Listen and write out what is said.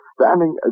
standing